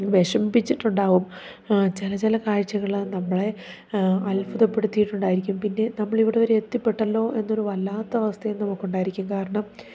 വിഷമിപ്പിച്ചിട്ടുണ്ടാവും ചില ചില കാഴ്ച്ചകൾ നമ്മളെ അത്ഭുതപ്പെടുത്തിയിട്ടുണ്ടായിരിക്കും പിന്നെ നമ്മളിവിടെവരെ എത്തിപ്പെട്ടല്ലോ എന്നൊരു വല്ലാത്ത അവസ്ഥയും നമുക്കുണ്ടായിരിക്കും കാരണം